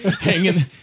Hanging